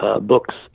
Books